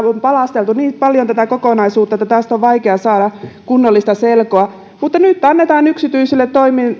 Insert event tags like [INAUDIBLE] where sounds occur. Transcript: [UNINTELLIGIBLE] on palasteltu niin paljon että tästä on vaikea saada kunnollista selkoa mutta nyt annetaan yksityisille